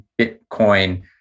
Bitcoin